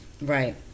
right